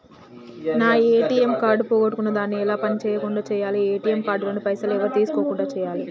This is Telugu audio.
నా ఏ.టి.ఎమ్ కార్డు పోగొట్టుకున్నా దాన్ని ఎలా పని చేయకుండా చేయాలి ఏ.టి.ఎమ్ కార్డు లోని పైసలు ఎవరు తీసుకోకుండా చేయాలి?